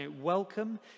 welcome